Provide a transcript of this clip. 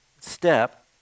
step